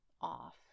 off